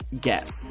get